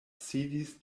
sidis